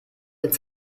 mit